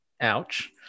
ouch